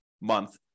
month